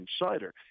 insider